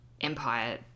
empire